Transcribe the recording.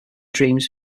dreams